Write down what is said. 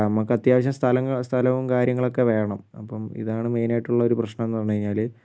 നമുക്കത്യാവശ്യം സ്ഥലോം കാര്യങ്ങളൊക്കെ വേണം അപ്പം ഇതാണ് മെയിനായിട്ടുള്ള ഒരു പ്രശ്നംന്ന് പറഞ്ഞ് കഴിഞ്ഞാൽ